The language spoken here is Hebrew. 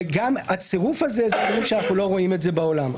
וגם את הצירוף הזה אנחנו לא רואים בעולם.